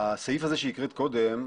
הסעיף הזה שהקראת קודם,